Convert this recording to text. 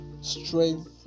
strength